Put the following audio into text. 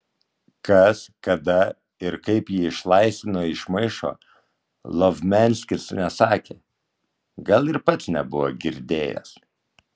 kas kada ir kaip jį išlaisvino iš maišo lovmianskis nesakė gal ir pats nebuvo girdėjęs